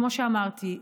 כמו שאמרתי,